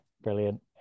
brilliant